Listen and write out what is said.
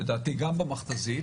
לדעתי גם במכת"זית,